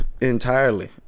entirely